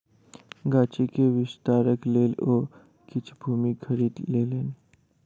गाछी के विस्तारक लेल ओ किछ भूमि खरीद लेलैन